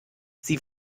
sie